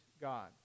God